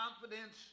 confidence